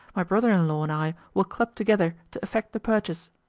my brother-in-law and i will club together to effect the purchase.